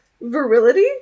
virility